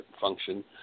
function